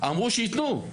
אמרו שיתנו.